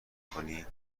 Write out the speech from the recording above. کنی